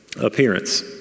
appearance